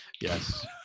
yes